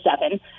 seven